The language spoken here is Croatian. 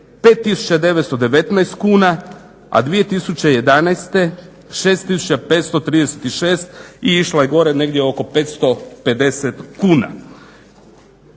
5919 kuna, a 2011. 6536 i išla je gore negdje oko 550 kuna.